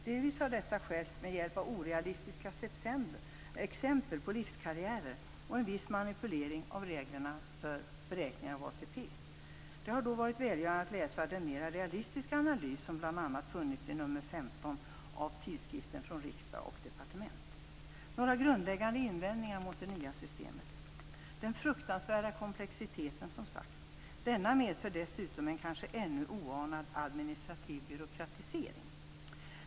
Delvis har detta skett med hjälp av orealistiska exempel på livskarriärer och en viss manipulering av reglerna för beräkningen av ATP. Det har då varit välgörande att läsa den mera realistiska analys som bl.a. funnits i nr 15 av tidskriften Från Jag skall nämna några grundläggande invändningar mot det nya systemet. Den fruktansvärda komplexiteten medför dessutom en kanske ännu oanad administrativ byråkratisering.